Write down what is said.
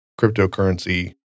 cryptocurrency